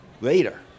later